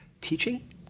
teaching